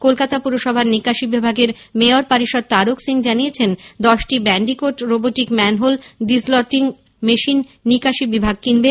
কলকাতা পুরসভার নিকাশি বিভাগের মেয়র পারিষদ তারক সিং জানিয়েছেন দশটি bandicoot robotic manhole desilting machine নিকাশি বিভাগ কিনবে